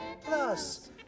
Plus